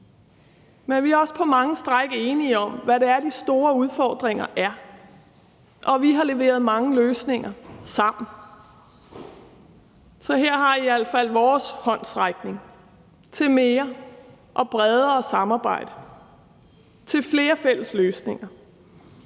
men vi er også på mange stræk enige om, hvad det er, de store udfordringer er. Og vi har leveret mange løsninger sammen. Så her har I i alt fald vores håndsrækning til mere og bredere samarbejde, til flere fælles løsninger.